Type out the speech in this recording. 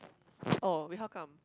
oh wait how come